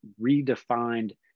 redefined